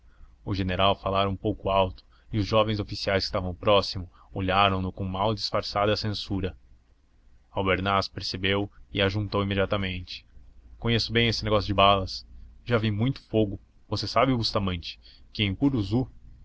o general falara um pouco alto e os jovens oficiais que estavam próximo olharam no com mal disfarçada censura albernaz percebeu e ajuntou imediatamente conheço bem esse negócio de balas já vi muito fogo você sabe bustamante que em